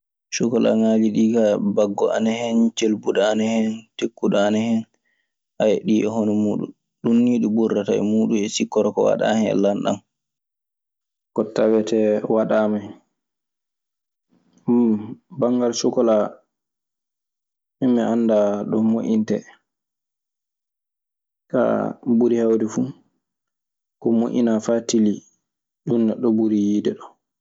Sokkolaaji ɗii kaa, baggo ana hen, celbuɗo ana hen, tekkuɗo ana hen. ɗii e hono muuɗun. Ɗum nii ɗi murdata e muuɗun, e sikkoro ko waɗaa hen e lanɗan. Ko tawetee waɗaama hen. Banngal sokkolaa min mi anndaa ɗo mo'intee. Kaa ko ɓuri heewde fuu, ko mo'inaa faa tilii ɗun neɗɗo ɓuri yiide ɗo.